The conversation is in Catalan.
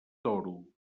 toro